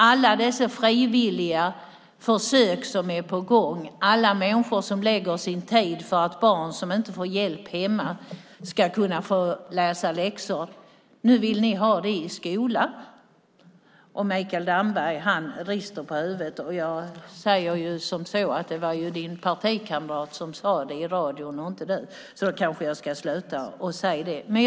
Alla dessa frivilliga försök som är på gång, alla människor som lägger ned sin tid för att barn som inte får hjälp hemma ska kunna få läsa läxor - nu vill ni ha det i skolan. Mikael Damberg rister på huvudet. Det var ju din partikamrat som sade det i radion och inte du, så jag kanske ska sluta prata om det.